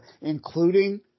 including